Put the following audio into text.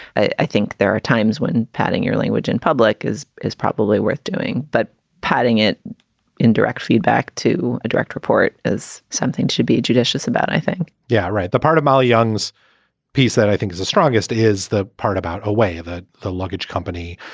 i think there are times when padding your language in public is is probably worth doing. but putting it in direct feedback to a direct report is something should be judicious about, i think yeah, right. the part of molly young's piece that i think is the strongest is the part about a way that the luggage company